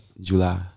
July